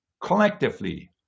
collectively